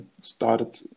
started